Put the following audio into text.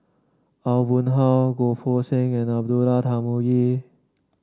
Aw Boon Haw Goh Poh Seng and Abdullah Tarmugi